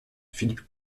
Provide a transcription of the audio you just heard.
philippe